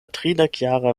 tridekjara